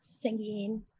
singing